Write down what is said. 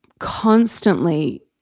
constantly